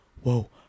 Whoa